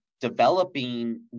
developing